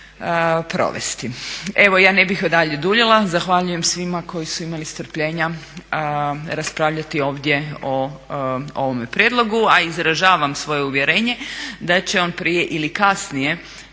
Evo, ja ne bih dalje duljila. Zahvaljujem svima koji su imali strpljenja raspravljati ovdje o ovome prijedlogu, a izražavam svoje uvjerenje da će on prije ili kasnije